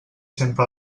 sempre